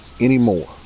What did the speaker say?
anymore